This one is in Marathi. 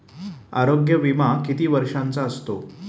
आरोग्य विमा किती वर्षांचा असतो?